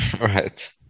right